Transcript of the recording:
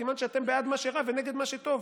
סימן שאתם בעד מה שרע ונגד מה שטוב.